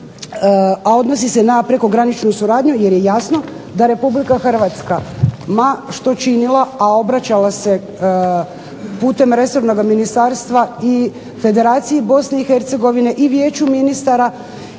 a odnosi se na prekograničnu suradnju, jer je jasno da Republika Hrvatska ma što činila, a obraćala se putem resornoga ministarstva i Federaciji Bosne i Hercegovine, i Vijeću ministara